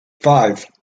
five